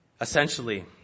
Essentially